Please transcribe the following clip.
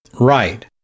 Right